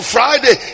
Friday